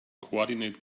coordinate